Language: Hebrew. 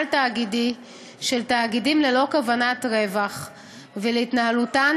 תאגידי של תאגידים ללא כוונת רווח ולהתנהלותם.